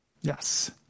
Yes